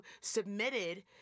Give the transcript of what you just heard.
submitted